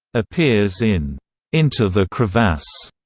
appears in into the crevasse,